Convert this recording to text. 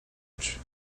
edge